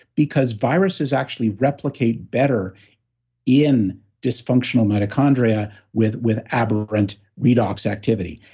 because viruses actually replicate better in dysfunctional mitochondria with with aberrant redox activity.